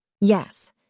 Yes